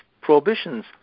prohibitions